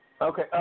Okay